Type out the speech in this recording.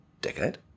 decade